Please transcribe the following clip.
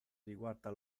riguarda